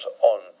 on